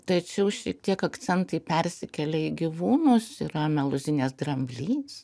tačiau šiek tiek akcentai persikelia į gyvūnus yra meluzinės dramblys